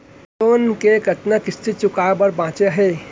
Loan के कतना किस्ती चुकाए बर बांचे हे?